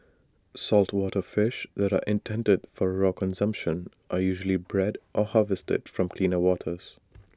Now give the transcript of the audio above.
saltwater fish that are intended for raw consumption are usually bred or harvested from cleaner waters